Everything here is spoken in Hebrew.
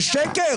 זה שקר.